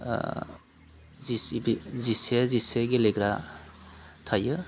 जिसे जिसे गेलेग्रा थायो